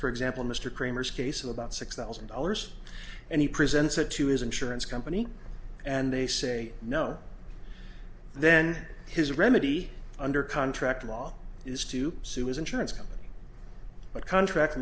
for example mr cramer's case of about six thousand dollars and he presents it to his insurance company and they say no then his remedy under contract law is to sue as insurance company but contract